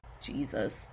Jesus